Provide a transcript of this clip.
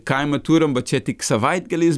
kaimą turim bet čia tik savaitgaliais